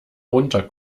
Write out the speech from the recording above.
runter